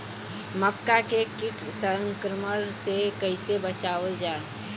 मक्का के कीट संक्रमण से कइसे बचावल जा?